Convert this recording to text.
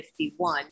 51